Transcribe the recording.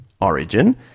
origin